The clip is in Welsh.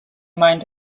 maint